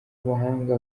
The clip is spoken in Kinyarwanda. mahanga